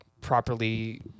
properly